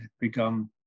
become